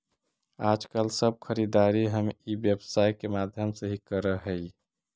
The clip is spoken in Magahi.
आजकल सब खरीदारी हम ई व्यवसाय के माध्यम से ही करऽ हई